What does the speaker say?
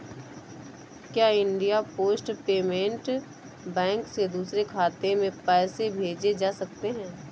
क्या India Post Payment Bank से दूसरे खाते में पैसे भेजे जा सकते हैं?